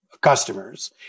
customers